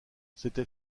c’était